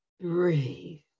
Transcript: breathe